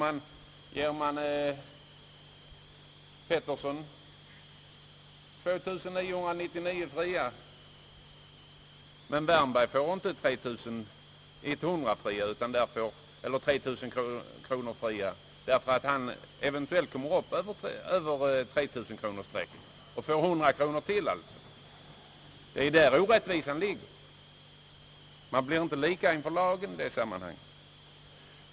Men ger man Pettersson 2999 kronor fria och Wärnberg inte får 3 000 kronor fria därför att han eventuellt kommer upp i 3100 kronor, så är det en orättvisa. Likheten inför lagen försvinner i det sammanhanget.